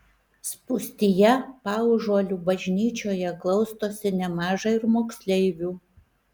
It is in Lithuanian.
spūstyje paužuolių bažnyčioje glaustosi nemaža ir moksleivių